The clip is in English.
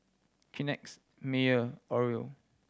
Kleenex Mayer Oreo